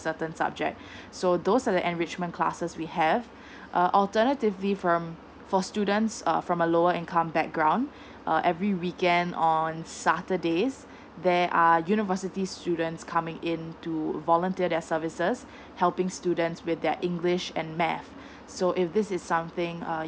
certain subject so those in the enrichment classes we have err alternatively for um for students err from a lower income background uh every weekend on saturdays there are university students coming in to volunteer their services helping students with their english and math so if this is something uh